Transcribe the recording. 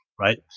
right